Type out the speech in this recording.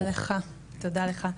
תודה לך.